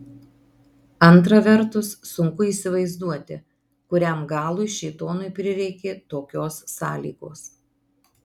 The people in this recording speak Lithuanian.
antra vertus sunku įsivaizduoti kuriam galui šėtonui prireikė tokios sąlygos